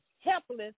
helpless